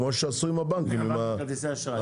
כמו שעשו עם הבנקים -- עם הבנקים כרטיסי אשראי.